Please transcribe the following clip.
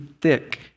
thick